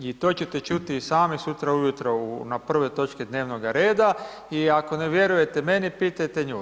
I to ćete čuti i sami sutra ujutro na prvoj točci dnevnog reda i ako ne vjerujete meni pitajte nju.